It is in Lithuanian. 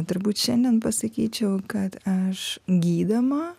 turbūt šiandien pasakyčiau kad aš gydoma